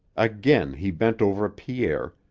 again he bent over pierre,